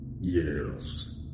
Yes